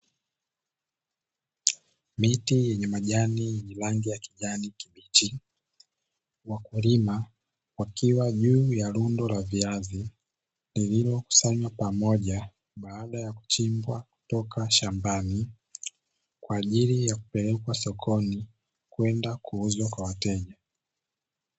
Miti yenye majani yenye rangi ya kijani kibichi. Wakulima wakiwa juu ya rundo la viazi lililokusanywa kwa pamoja baada ya kuchimbwa kutoka shambani kwa ajili ya kupelekwa sokoni kwenda kuuzwa kwa wateja.